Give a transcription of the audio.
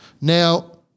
Now